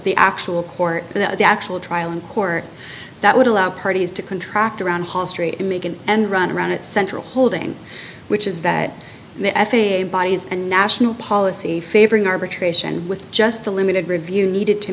the actual court the actual trial in court that would allow parties to contract around ha straight and make an end run around it central holding which is that the f a a bodies and national policy favoring arbitration with just the limited review needed to